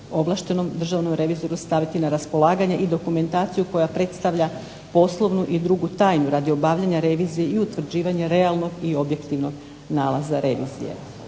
ovlaštenom državnom revizoru staviti na raspolaganje i dokumentaciju koja predstavlja poslovnu i drugu tajnu radi obavljanja revizije i utvrđivanja realnog i objektivnog nalaza revizije.